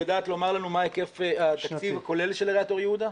היא יודעת לומר לנו מה היקף התקציב הכולל של עיריית אור יהודה?